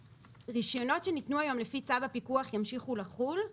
שרישיונות שניתנו היום לפי צו הפיקוח ימשיכו לחול.